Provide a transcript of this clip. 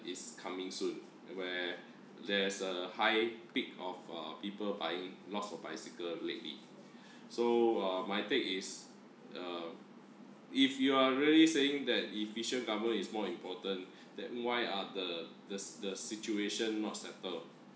is coming soon where there's a high peak of uh people buying lots of bicycle lately so uh my take is uh if you are really saying that efficient government is more important than why are the the the situation not settle